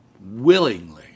Willingly